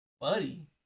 buddy